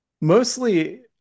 mostly